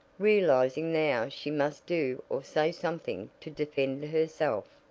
realizing now she must do or say something to defend herself.